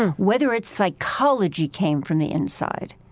and whether its psychology came from the inside,